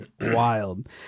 wild